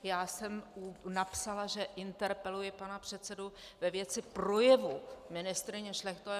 Já jsem napsala, že interpeluji pana předsedu ve věci projevu ministryně Šlechtové.